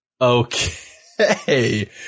Okay